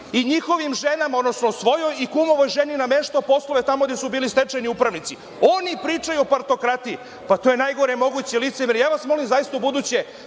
i njihovim ženama, odnosno svojoj i kumovoj ženi nameštao poslove tamo gde su bili stečajni upravnici. Oni pričaju o partokratiji. Pa, to je najgore moguće licemerje. Molim vas, zaista ubuduće